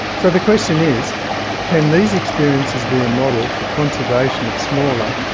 so the question is can these experiences be a model for conservation of smaller,